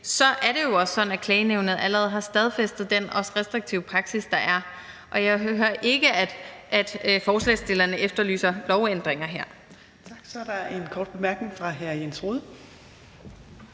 det er det jo også sådan, at klagenævnet allerede har stadfæstet den restriktive praksis, der er. Jeg hører ikke, at forslagsstillerne efterlyser lovændringer her.